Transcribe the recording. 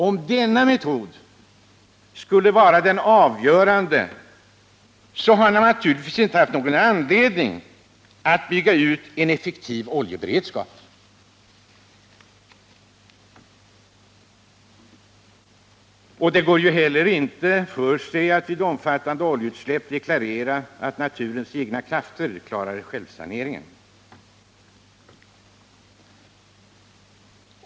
Om denna metod skulle få vara avgörande, har man naturligtvis inte anledning att bygga ut någon effektiv oljeberedskap. Det går inte heller för sig att vid omfattande oljeutsläpp deklarera att naturens egna krafter själva klarar saneringen.